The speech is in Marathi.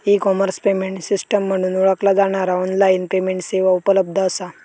ई कॉमर्स पेमेंट सिस्टम म्हणून ओळखला जाणारा ऑनलाइन पेमेंट सेवा उपलब्ध असा